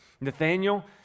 Nathaniel